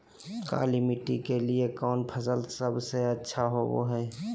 काली मिट्टी के लिए कौन फसल सब से अच्छा होबो हाय?